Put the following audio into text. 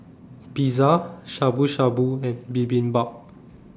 Pizza Shabu Shabu and Bibimbap